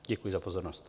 Děkuji za pozornost.